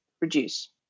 reduce